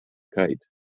kite